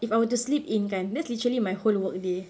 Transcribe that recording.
if I were to sleep in kan that's literally my whole work day